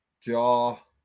Jar